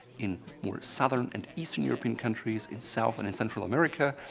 in more southern and eastern european countries in south and in central america,